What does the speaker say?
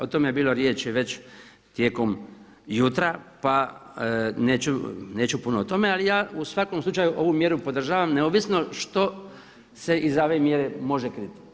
O tome je bilo riječi već tijekom jutra pa neću puno o tome, ali ja u svakom slučaju ovu mjeru podržavam neovisno što se iza ove mjere može kriti.